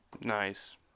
Nice